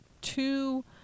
two